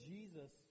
Jesus